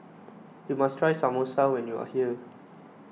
you must try Samosa when you are here